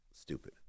stupid